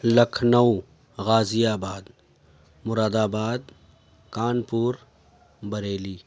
Lucknow Ghaziabad Moradabad Kanpur Bareilly